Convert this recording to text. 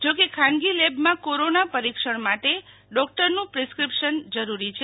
જો કે ખાનગી લેબમાં કોરોના પરીક્ષણ માટે ડોક્ટરનું પ્રિસ્ક્રિપશન જરૂરી છે